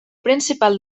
principal